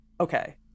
okay